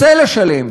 רוצה לשלם,